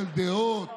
דעות,